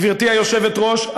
גברתי היושבת-ראש,